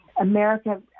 America